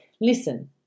Listen